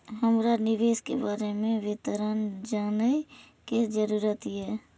हमरा निवेश के बारे में विवरण जानय के जरुरत ये?